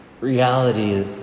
reality